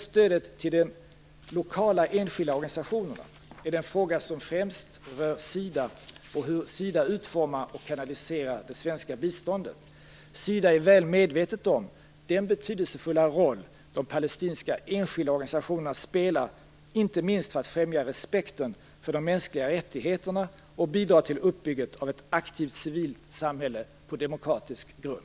Stödet till de lokala enskilda organisationerna är en fråga som främst rör hur SIDA utformar och kanaliserar det svenska biståndet. På SIDA är man väl medveten om den betydelsefulla roll som de palestinska enskilda organisationerna spelar, inte minst för att främja respekten för de mänskliga rättigheterna och bidra till uppbyggnaden av ett aktivt civilt samhälle på demokratisk grund.